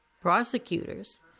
prosecutors